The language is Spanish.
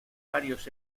varios